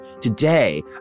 today